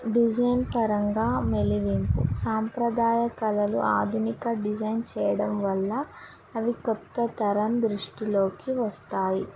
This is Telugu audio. డిజైన్ పరంగా మేళవింపు సాంప్రదాయ కళలు ఆధునిక డిజైన్ చేయడం వల్ల అవి క్రొత్త తరం దృష్టిలోకి వస్తాయి